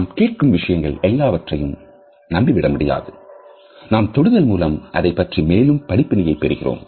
நாம் கேட்கும் விஷயங்கள் எல்லாவற்றையும் நம்பிவிட முடியாது நாம் தொடுதல் மூலம் அதைப்பற்றிய மேலும் படிப்பினையை பெறுகிறோம்